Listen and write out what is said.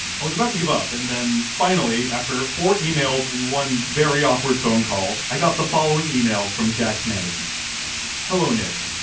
i was about to give up, and then finally, after four emails and one very awkward phone call, i got the following email from jack's manager hello, nick.